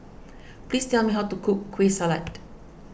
please tell me how to cook Kueh Salat